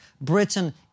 Britain